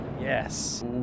Yes